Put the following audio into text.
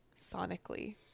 sonically